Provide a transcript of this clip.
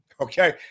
Okay